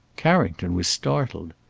carrington was startled.